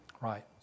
Right